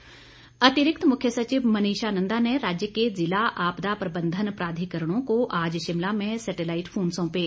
मनीषा नंदा अतिरिक्त मुख्य सचिव मनीषा नंदा ने राज्य के जिला आपदा प्रबंधन प्राधिकरणों को आज शिमला में सैटेलाइट फोन सौंपे